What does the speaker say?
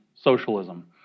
socialism